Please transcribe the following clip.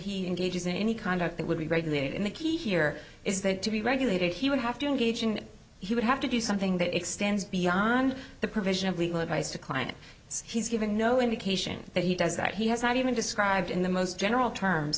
he engages in any conduct that would be regulated in the key here is that to be regulated he would have to engage and he would have to do something that extends beyond the provision of legal advice to client so he's given no indication that he does that he has not even described in the most general terms